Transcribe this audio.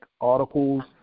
articles